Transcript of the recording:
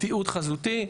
ותיעוד חזותי.